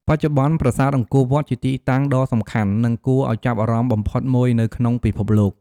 បច្ចុប្បន្ន ប្រាសាទអង្គរវត្តជាទីតាំងដ៏សំខាន់ និងគួរឱ្យចាប់អារម្មណ៍បំផុតមួយនៅក្នុងពិភពលោក។